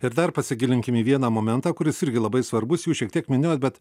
ir dar pasigilinkim į vieną momentą kuris irgi labai svarbus jūs šiek tiek minėjot bet